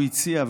הוא הציע,